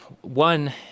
One